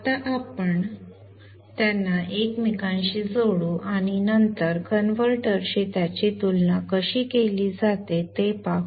आता आपण त्यांना एकमेकांशी जोडू आणि नंतर कन्व्हर्टरशी त्याची तुलना कशी केली जाते ते पाहू